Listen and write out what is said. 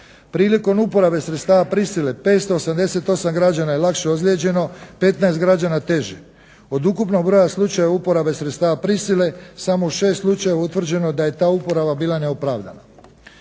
Prilikom uporabe sredstava prisile 588 građana je lakše ozlijeđeno, 15 građana teže. Od ukupnog broja slučajeva uporabe sredstava prisile samo u 6 slučajeva je utvrđeno da je ta uporaba bila neopravdana.